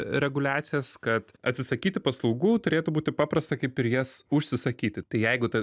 reguliacijas kad atsisakyti paslaugų turėtų būti paprasta kaip ir jas užsisakyti tai jeigu taip